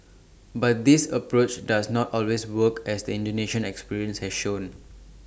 but this approach does not always work as the Indonesian experience has shown